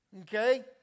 okay